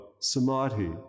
samadhi